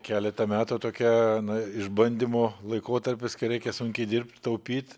keletą metų tokie na išbandymo laikotarpis kai reikia sunkiai dirbt taupyt